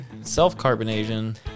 Self-carbonation